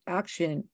action